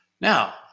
now